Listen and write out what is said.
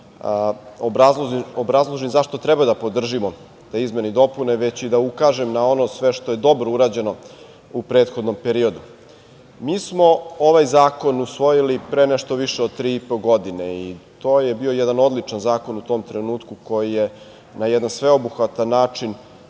obrazložim zašto treba da podržimo te izmene i dopune, već i da ukažem na ono sve što je dobro urađeno u prethodnom periodu. Mi smo ovaj zakon usvojili pre nešto više od tri i po godine i to je bio jedan odličan zakon u tom trenutku koji je na jedan sveobuhvatan način